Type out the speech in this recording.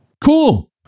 cool